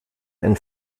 ein